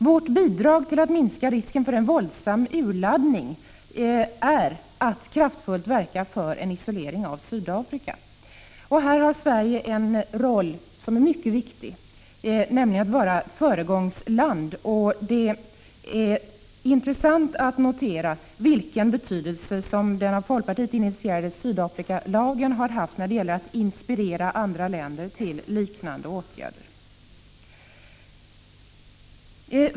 Vårt bidrag till att minska risken för en våldsam urladdning är att kraftfullt verka för isolering av Sydafrika, och här har Sverige en roll som är mycket viktig, nämligen att vara föregångsland. Det är intressant att notera vilken betydelse som den av folkpartiet initierade Sydafrikalagen har haft när det gäller att inspirera andra länder till liknande åtgärder.